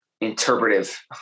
interpretive